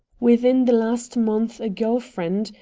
within the last month a girl friend,